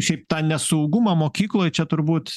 šiaip tą nesaugumą mokykloj čia turbūt